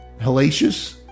Hellacious